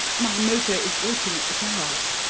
my motor is waiting at the garage.